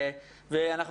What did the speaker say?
אני לא מכיר אותה.